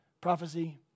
Prophecy